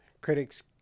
critics